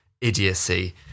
idiocy